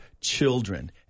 children